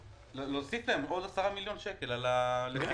להוסיף להם עוד 10 מיליון שקלים -- כן,